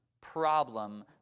problem